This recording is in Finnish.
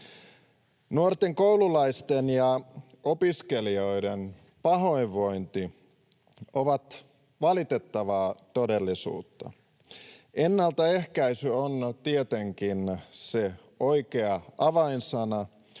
Nuorten koululaisten ja opiskelijoiden pahoinvointi on valitettavaa todellisuutta. Ennaltaehkäisy on tietenkin se oikea avainsana,